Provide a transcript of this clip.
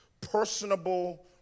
personable